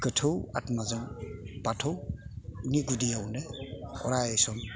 गोथौ आतमाजों बाथौनि गुदियावनो अराय सम